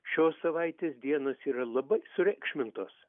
šios savaitės dienos yra labai sureikšmintos